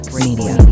Media